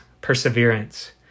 perseverance